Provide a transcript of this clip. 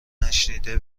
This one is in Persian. نشنیده